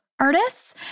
artists